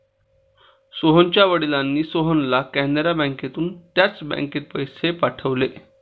सोहनच्या वडिलांनी सोहनला कॅनरा बँकेतून त्याच बँकेत पैसे पाठवले